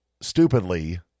stupidly